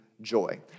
joy